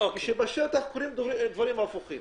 כשבשטח קורים דברים הפוכים.